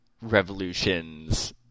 Revolutions